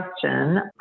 question